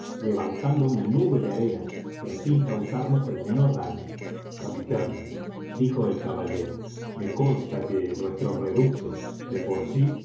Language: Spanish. levantando una nube de arena pero sin causarnos el menor daño capitán dijo el caballero me consta que nuestro reducto de por sí